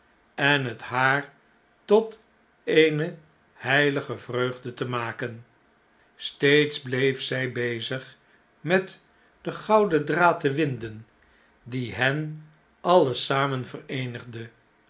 en het haar tot eene heilige vreugde te maken steeds bleef zjj bezig met den gouden draad te winden die hen alle samen vereenigde